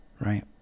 right